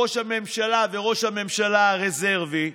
ראש הממשלה וראש הממשלה הרזרבי,